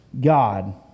God